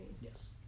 Yes